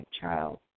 child